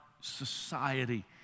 society